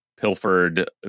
pilfered